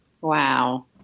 Wow